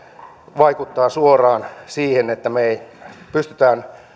vaikuttaa suoraan siihen että me pystytään